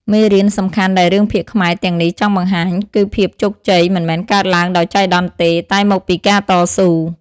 មេរៀន សំខាន់ដែលរឿងភាគខ្មែរទាំងនេះចង់បង្ហាញគឺភាពជោគជ័យមិនមែនកើតឡើងដោយចៃដន្យទេ តែមកពីការតស៊ូ។